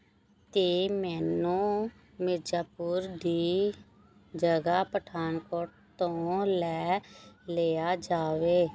'ਤੇ ਮੈਨੂੰ ਮਿਰਜ਼ਾਪੁਰ ਦੀ ਜਗ੍ਹਾ ਪਠਾਨਕੋਟ ਤੋਂ ਲੈ ਲਿਆ ਜਾਵੇ